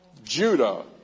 judah